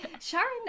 Sharon